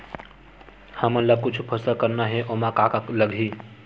हमन ला कुछु फसल करना हे ओमा का का लगही?